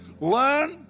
learn